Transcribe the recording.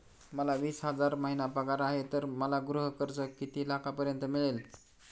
मला वीस हजार महिना पगार आहे तर मला गृह कर्ज किती लाखांपर्यंत मिळेल?